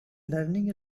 learning